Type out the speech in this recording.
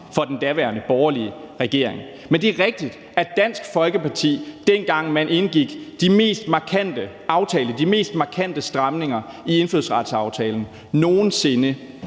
for den daværende borgerlige regering. Men det er rigtigt, at Dansk Folkeparti, dengang man indgik de mest markante aftaler og de mest markante stramninger i indfødsretsaftalen nogen sinde,